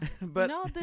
No